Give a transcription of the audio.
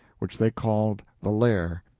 which they called the lair.